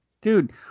Dude